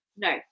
No